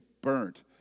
burnt